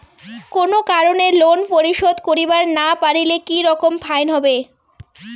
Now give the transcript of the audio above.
কোনো কারণে লোন পরিশোধ করিবার না পারিলে কি রকম ফাইন হবে?